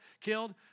killed